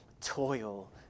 toil